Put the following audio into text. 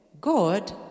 God